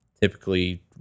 Typically